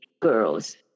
girls